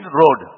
road